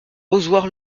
ozoir